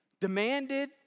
demanded